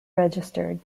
registered